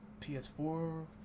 PS4